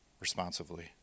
responsively